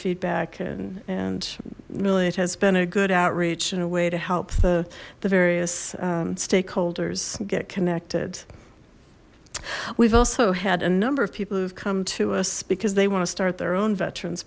feedback and and really it has been a good outreach and a way to help the the various stakeholders get connected we've also had a number of people who have come to us because they want to start their own veterans